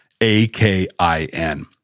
A-K-I-N